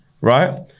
right